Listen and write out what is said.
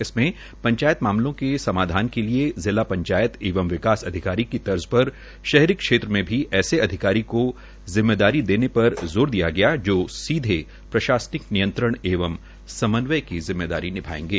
इसमें पंचायत मामलों के समाधान के लिए जिला पंचायत एवं विकास अधिकारी की तर्ज पर शहरी क्षेत्र में भी ऐसे अधिकारी को जिम्मेदारी देने पर जोर दिया गया जो सीधे प्रशासनिक नियंत्रण एवं समन्वय की जिम्मेदारी निभाएंगे